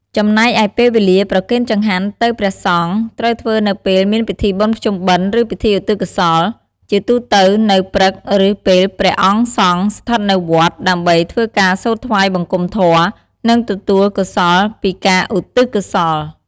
ចំណែកឯពេលវេលាប្រគេនចង្ហាន់ទៅព្រះសង្ឃត្រូវធ្វើនៅពេលមានពិធីបុណ្យភ្ជុំបិណ្ឌ ឬពិធីឧទ្ទិសកុសល ជាទូទៅនៅព្រឹកឬពេលព្រះអង្គសង្ឃស្ថិតនៅវត្ត ដើម្បីធ្វើការសូត្រថ្វាយបង្គំធម៌ និងទទួលកុសលពីការឧទិសកោសល។